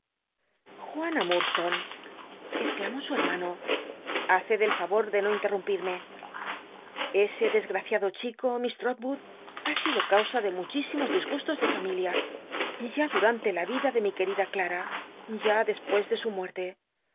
juana l'lurdstone exclamó su hermano haced el ra o de no intenumpirmc ese desgraciado chico miss totwoo l ha sido causa de muchísimos disgustos de familia ya durante la ida de mi querida clara ya despues de su muer